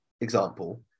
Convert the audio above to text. example